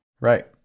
Right